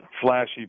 flashy